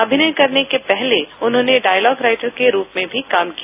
अभिनय करने के पहले उन्होंने डायलॉग राइटर के रूप में भी काम किया